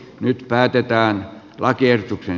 nyt päätetään lakiehdotuksen